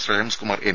Shreyams Kumar M